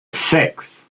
six